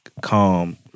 calm